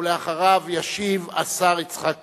ואחריו ישיב השר יצחק כהן.